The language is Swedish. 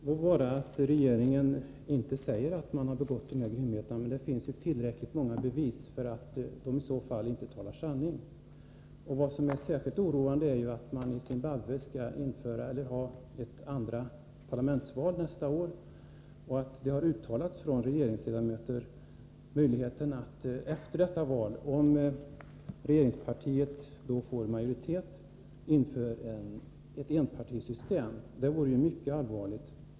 Herr talman! Det må vara att regeringen säger att dessa grymheter inte har begåtts, men det finns tillräckligt många bevis för att regeringen i så fall inte talar sanning. Särskilt oroande är att man i Zimbabwe skall ha ett andra parlamentsval nästa år och att regeringsledamöter har uttalat sig om möjligheten att efter detta val — om regeringspartiet får majoritet — inrätta ett enpartisystem. Det vore mycket allvarligt.